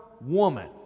woman